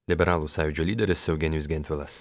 liberalų sąjūdžio lyderis eugenijus gentvilas